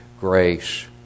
grace